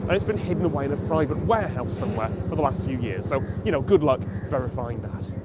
and it's been hidden away in a private warehouse somewhere for the last few years. so you know good luck verifying that.